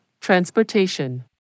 Transportation